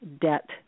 debt